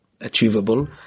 achievable